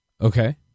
Okay